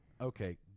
Okay